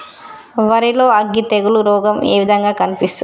వరి లో అగ్గి తెగులు రోగం ఏ విధంగా కనిపిస్తుంది?